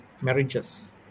marriages